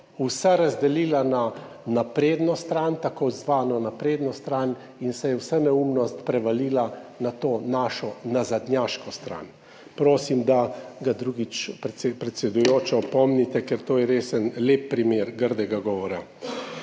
vsa razdelila na napredno stran, tako zvano napredno stran, in se je vsa neumnost prevalila na to našo nazadnjaško stran. Prosim, da ga drugič, predsedujoča, opomnite, ker to je res en lep primer grdega govora.